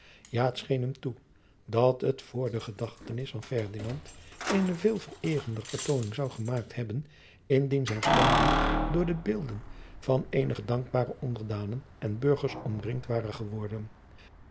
ja het scheen hem toe dat het voor de gedachtenis van ferdinand eene veel vereerender vertooning zou gemaakt hebben indien zijn standbeeld door de beelden van eenige dankbare onderdanen en burgers omringd ware geworden